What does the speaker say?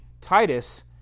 Titus